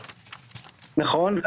נכון.